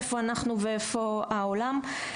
איפה אנחנו ואיפה העולם.